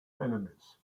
enemies